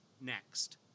next